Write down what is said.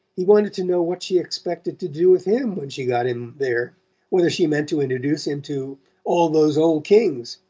he wanted to know what she expected to do with him when she got him there whether she meant to introduce him to all those old kings,